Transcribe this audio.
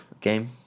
game